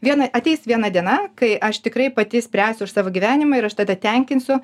vien ateis viena diena kai aš tikrai pati spręsiu už savo gyvenimą ir aš tada tenkinsiu